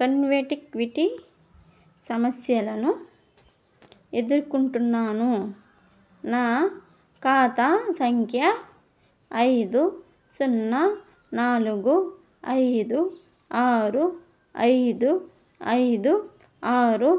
connectivity సమస్యలను ఎదుర్కొంటున్నాను నా ఖాతా సంఖ్య ఐదు సున్నా నాలుగు ఐదు ఆరు ఐదు ఐదు ఆరు